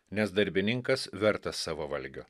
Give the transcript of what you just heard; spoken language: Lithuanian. nes darbininkas vertas savo valgio